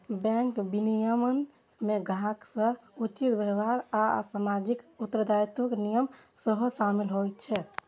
bank विनियमन मे ग्राहक सं उचित व्यवहार आ सामाजिक उत्तरदायित्वक नियम सेहो शामिल होइ छै